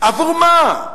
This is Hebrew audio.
עבור מה?